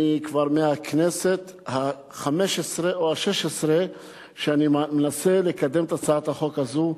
כבר מהכנסת החמש-עשרה או השש-עשרה אני מנסה לקדם את הצעת החוק הזאת,